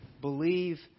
Believe